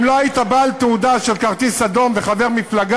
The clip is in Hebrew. ואם לא היית בעל כרטיס אדום ותעודה של חבר מפלגה,